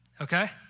Okay